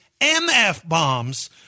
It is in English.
MF-bombs